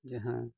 ᱡᱟᱦᱟᱸ